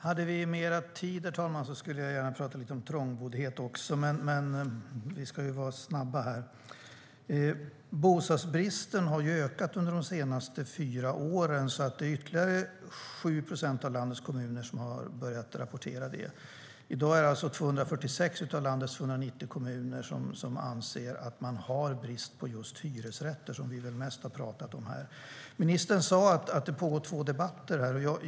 Herr talman! Hade vi mer tid skulle jag gärna prata lite om trångboddhet också. Bostadsbristen har ökat under de senaste fyra åren, så att ytterligare 7 procent av landets kommuner har börjat rapportera om det. I dag är det alltså 246 av landets 290 kommuner som anser att de har brist på just hyresrätter, som vi väl har pratat om mest. Ministern sade att det pågår två debatter.